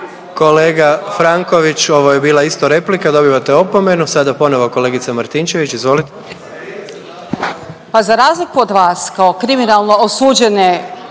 Kolega Franković ovo je bila isto replika, dobivate opomenu. Sada ponovo kolegica Martinčević, izvolite. **Martinčević, Natalija